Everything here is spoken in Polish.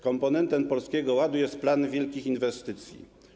Komponentem Polskiego Ładu jest plan wielkich inwestycji.